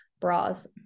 bras